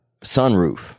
sunroof